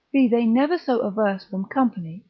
be they never so averse from company,